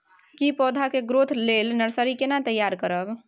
की पौधा के ग्रोथ लेल नर्सरी केना तैयार करब?